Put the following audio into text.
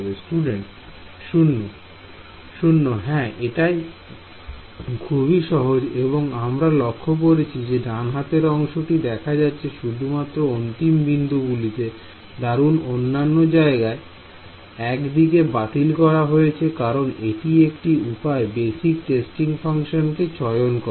Student 0 0 হ্যাঁ এটা খুবই সহজ এবং আমরা লক্ষ্য করছি যে ডানহাতের অংশটি দেখা যাচ্ছে শুধুমাত্র অন্তিম বিন্দু গুলিতে দারুন অন্যান্য জায়গায় এদিকে বাতিল করা হয়েছে কারণ এটি একটি উপায় বেসিক টেস্টিং ফাংশন কে চয়ন করার